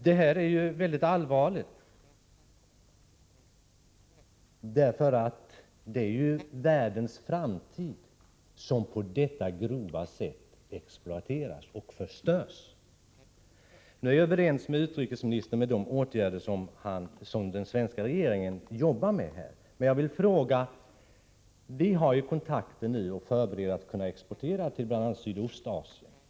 förhindra exploatering av minderårig arbetskraft i bl.a. Sydostasien Detta problem är allvarligt, eftersom det är världens framtid som på detta grava sätt exploateras och förstörs. Jag är överens med utrikesministern om den svenska regeringens åtgärder, men jag vill ställa en fråga. Vi har ju fördelen att kunna exportera till bl.a. Sydostasien.